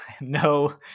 no